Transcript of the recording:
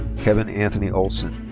kevin anthony olsen.